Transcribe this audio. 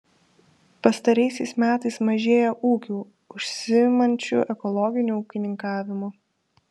pastaraisiais metais mažėja ūkių užsiimančių ekologiniu ūkininkavimu